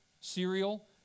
Cereal